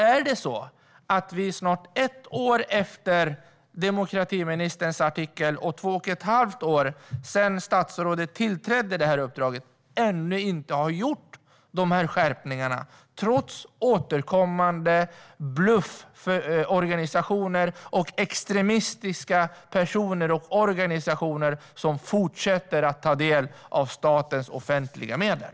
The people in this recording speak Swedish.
Har vi ännu inte, snart ett år efter demokratiministerns artikel och två och ett halvt år sedan statsrådet tillträdde sitt uppdrag, gjort de här skärpningarna, trots återkommande blufforganisationer och extremistiska personer och organisationer som fortsätter att ta del av statens offentliga medel?